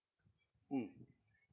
mm